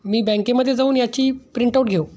मी बँकेमध्ये जाऊन याची प्रिंटआउट घेऊ